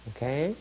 Okay